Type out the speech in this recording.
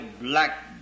black